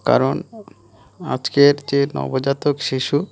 কারণ আজকের যে নবজাতক শিশু